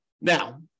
Now